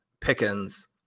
Pickens